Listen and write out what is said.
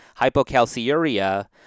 hypocalciuria